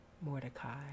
Mordecai